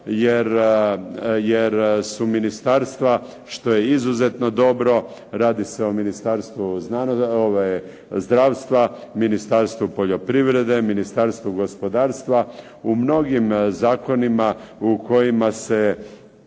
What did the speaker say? jer su ministarstva, što je izuzetno dobro, radi se o Ministarstvu zdravstva, Ministarstvu poljoprivrede, Ministarstvu gospodarstva. U mnogim zakonima u kojima se,